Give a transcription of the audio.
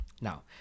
Now